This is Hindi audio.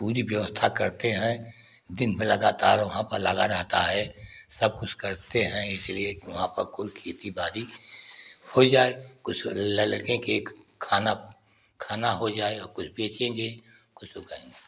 पूरी व्यवस्था करते हैं दिन में लगातार वहाँ पर लगा रहता है सब कुछ करते हैं इसीलिए कि वहाँ पर कुल खेती बाड़ी हो जाए कुछ के खाना खाना हो जाए और कुछ बेचेंगे कुछ तो खाएंगे